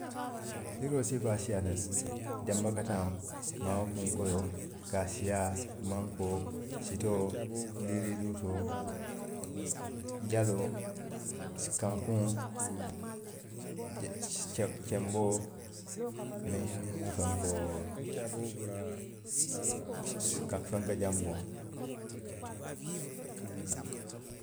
Yiroo siifaa siyaata le, janbakataŋo, maamakunkoyoo, kaasiyaa, mankoo, sitoo, riiriiduutoo, jaloo, kankuŋo, kenboo, aniŋ fenkoo, fenke janboo